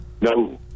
No